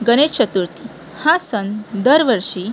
गणेश चतुर्थी हा सण दरवर्षी